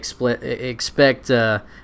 expect –